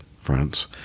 France